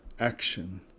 action